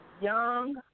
young